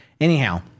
Anyhow